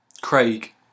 Craig